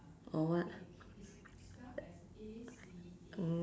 or what mm